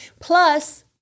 Plus